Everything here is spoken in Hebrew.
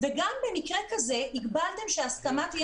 וגם במקרה כזה הגבלתם שהסכמה תהיה